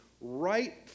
right